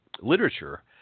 literature